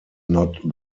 not